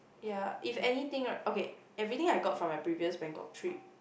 ya if anything right okay everything I got from my previous Bangkok trip